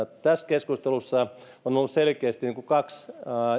tässä keskustelussa on ollut selkeästi kaksi